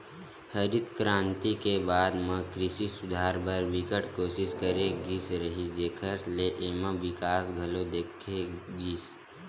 हरित करांति के बाद म कृषि सुधार बर बिकट कोसिस करे गिस जेखर ले एमा बिकास घलो देखे गिस